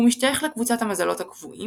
הוא משתייך לקבוצת המזלות הקבועים,